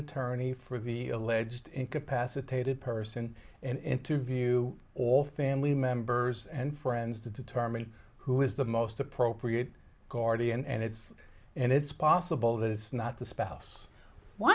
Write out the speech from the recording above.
attorney for the alleged incapacitated person and interview all family members and friends to determine who is the most appropriate guardian and it's and it's possible that it's not the spouse